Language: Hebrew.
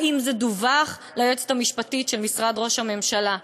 האם זה דווח ליועצת המשפטית של משרד ראש הממשלה?